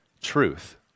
truth